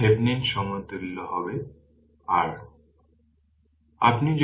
তাই থেভেনিনের সমতুল্য হবে r